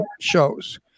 shows